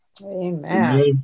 Amen